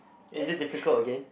is it difficult again